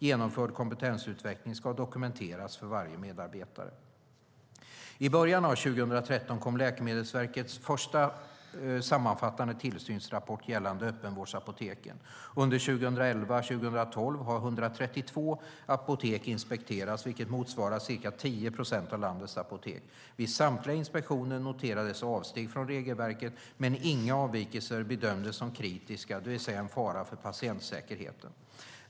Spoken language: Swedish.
Genomförd kompetensutveckling ska dokumenteras för varje medarbetare. I början av 2013 kom Läkemedelsverkets första sammanfattande tillsynsrapport gällande öppenvårdsapoteken. Under 2011-2012 har 132 apotek inspekterats, vilket motsvarar ca 10 procent av landets apotek. Vid samtliga inspektioner noterades avsteg från regelverket, men inga avvikelser bedömdes som kritiska, det vill säga en fara för patientsäkerheten.